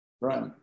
Right